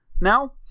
now